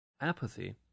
Apathy